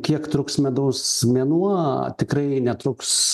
kiek truks medaus mėnuo tikrai netruks